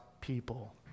people